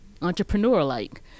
entrepreneur-like